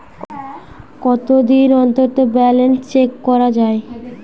কতদিন অন্তর balance check করা য়ায়?